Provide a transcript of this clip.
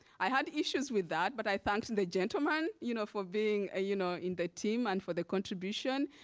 i had issues with that, but i thanked and the gentleman you know for being ah you know in the team, and for the contribution.